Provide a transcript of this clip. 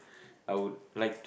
I would like